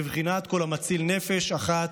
בבחינת כל המציל נפש אחת,